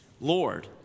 Lord